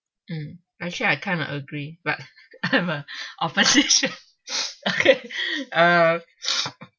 mm actually I kind uh agree but I'm a a physician ah